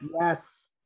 Yes